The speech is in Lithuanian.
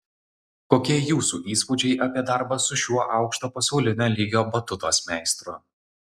kokie jūsų įspūdžiai apie darbą su šiuo aukšto pasaulinio lygio batutos meistru